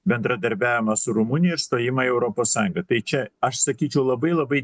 bendradarbiavimą su rumunija ir stojimą į europos sąjungą tai čia aš sakyčiau labai labai